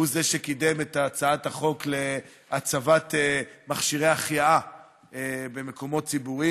הוא שקידם את הצעת החוק להצבת מכשירי החייאה במקומות ציבוריים.